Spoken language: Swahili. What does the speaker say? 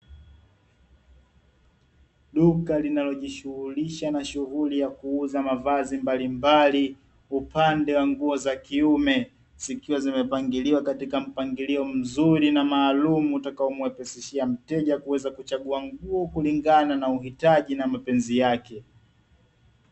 Duka linalojishughulisha na shughuli ya kuuza mavazi mbalimbali, upande wa nguo za kiume zikiwa zimepangiliwa katika mpangilio mzuri na maalumu utakaomrahisishia mteja kuweza kuchagua nguo kulingana na uhitaji na mapenzi yake.